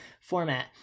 format